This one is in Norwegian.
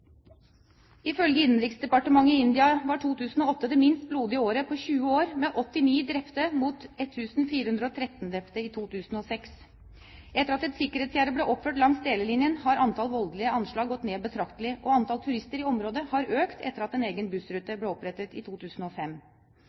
Ifølge innenriksdepartementet i India var 2008 det minst blodige året på 20 år, med 89 drepte mot 1 413 drepte i 2006. Etter at et sikkerhetsgjerde ble oppført langs delelinjen, har antall voldelige anslag gått ned betraktelig, og antall turister i området har økt etter at en egen bussrute ble opprettet i 2005.